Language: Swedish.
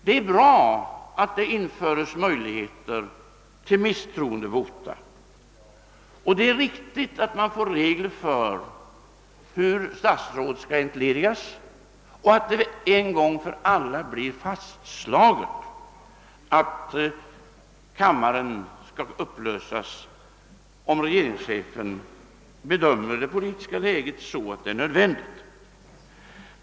Det är bra att det införs möjligheter till misstroendevota, och det är riktigt att man får regler för hur statsråd skall entledigas och att det en gång för alla blir fastslaget att kammaren skall upplösas, om regeringschefen bedömer det politiska läget så att detta är nödvändigt.